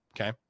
Okay